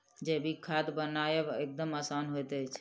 जैविक खाद बनायब एकदम आसान होइत छै